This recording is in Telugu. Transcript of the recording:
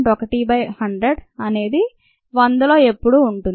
1 బై 100 అనేది 100 లో ఎప్పుడూ ఉంటుంది